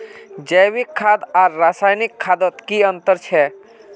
जैविक खाद आर रासायनिक खादोत की अंतर छे?